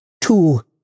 two